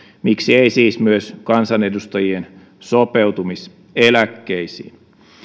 miksi ei siis myös kansanedustajien sopeutumiseläkkeisiin